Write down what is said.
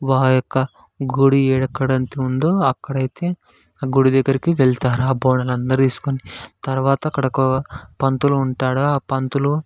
ఆ యొక్క గుడి ఎక్కడైతే ఉందో అక్కడైతే గుడి దగ్గరకి వెళ్తారు ఆ బోనాలందరూ తీసుకుని తర్వాత అక్కడ ఒక పంతులు ఉంటాడు ఆ పంతులు